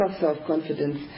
self-confidence